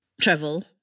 travel